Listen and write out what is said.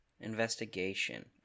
Investigation